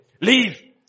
leave